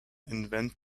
invent